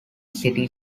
city